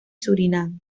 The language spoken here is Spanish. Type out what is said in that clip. surinam